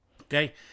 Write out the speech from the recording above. Okay